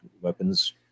weapons